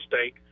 state